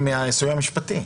מהסיוע משפטי.